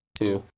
Two